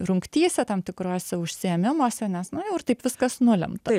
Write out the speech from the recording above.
rungtyse tam tikrose užsiėmimuose nes nu jau ir taip viskas nulemta